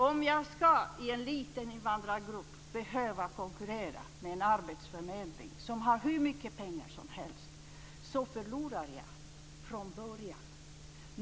Om jag i en liten invandrargrupp ska behöva konkurrera med en arbetsförmedling, som har hur mycket pengar som helst, förlorar jag från början.